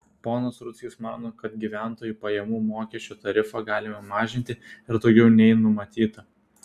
ponas rudzkis mano kad gyventojų pajamų mokesčio tarifą galima mažinti ir daugiau nei numatyta